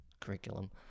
curriculum